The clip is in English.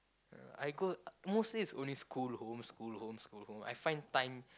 uh I go mostly is only school home school home school home I find time